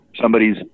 somebody's